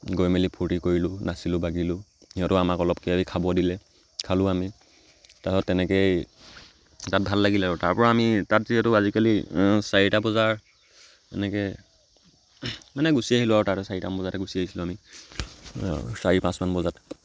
গৈ মেলি ফূৰ্তি কৰিলোঁ নাচিলো বাগিলো সিহঁতেও আমাক অলপ কিবা কিবি খাব দিলে খালোঁ আমি তাৰপিছত তেনেকেই তাত ভাল লাগিলে আৰু তাৰপৰা আমি তাত যিহেতু আজিকালি চাৰিটা বজাৰ এনেকৈ মানে গুচি আহিলোঁ আৰু তাতে চাৰিটামান বজাতে গুচি আহিছিলোঁ আমি চাৰি পাঁচমান বজাত